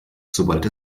sobald